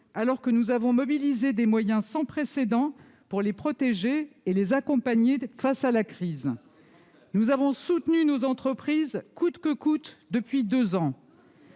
alors que nous avons mobilisé des moyens sans précédent pour les protéger et les accompagner face à la crise ? C'est l'argent des Français ! Nous avons soutenu nos entreprises, coûte que coûte, depuis deux ans.